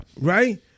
Right